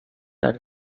are